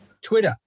Twitter